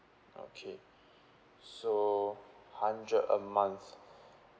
okay so hundred a month